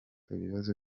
ibibazo